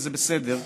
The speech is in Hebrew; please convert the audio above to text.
וזה בסדר,